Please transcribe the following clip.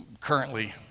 Currently